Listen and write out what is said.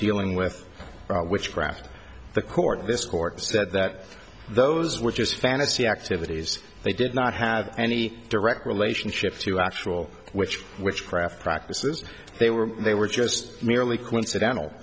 dealing with witchcraft the court this court says that those were just fantasy activities they did not have any direct relationship to actual which witchcraft practices they were they were just merely clin